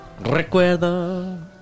Recuerda